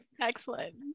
excellent